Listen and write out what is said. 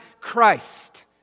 Christ